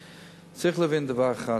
צריך להבין דבר אחד,